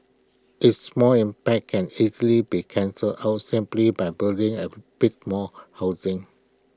its small impact can easily be cancelled out simply by building A bit more housing